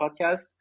podcast